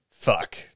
Fuck